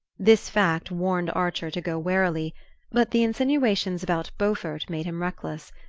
this fact warned archer to go warily but the insinuations about beaufort made him reckless.